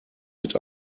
mit